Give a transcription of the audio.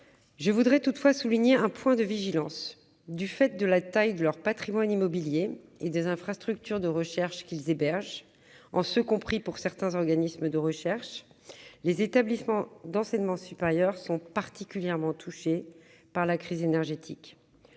lequel devra s'exercer notre vigilance : du fait de la taille de leur patrimoine immobilier et des infrastructures de recherche qu'ils hébergent, y compris certains organismes de recherche, les établissements d'enseignement supérieur sont particulièrement touchés par la crise énergétique.